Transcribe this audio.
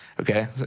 Okay